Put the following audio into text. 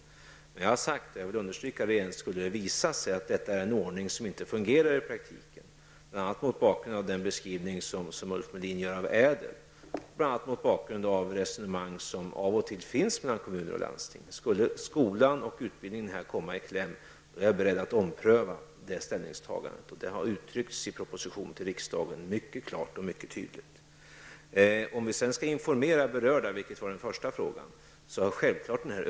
Jag har emellertid sagt, jag vill än en gång understryka det, att om det skulle visa sig att detta är en ordning som inte fungerar i praktiken -- bl.a. mot bakgrund av den beskrivning som Ulf Molin gör av ÄDEL -- på grund av de resonemang som av och till förs mellan kommuner och landsting, är jag beredd att ompröva ställningstagandet om skolan och utbildningen skulle komma i kläm. Det har mycket tydligt uttryckts i proposition till riksdagen. Den första frågan gällde information till de berörda.